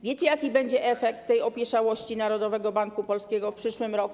Wiecie, jaki będzie efekt tej opieszałości Narodowego Banku Polskiego w przyszłym roku?